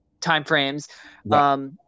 timeframes